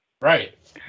Right